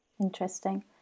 Interesting